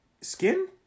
skin